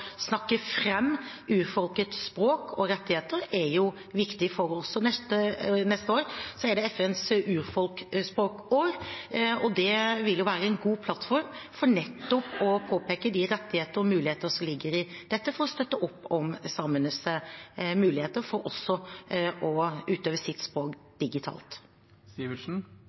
snakke fram urfolkets språk og rettigheter er viktig for oss. Neste år er det FNs urfolksspråkår, og det vil være en god plattform for nettopp å påpeke de rettigheter og muligheter som ligger i dette, for å støtte opp om samenes muligheter for også å utøve sitt